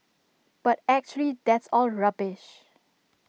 but actually that's all rubbish